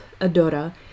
Adora